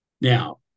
Now